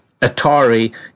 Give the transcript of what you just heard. Atari